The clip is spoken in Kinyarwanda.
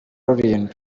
rulindo